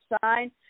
sign